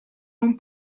non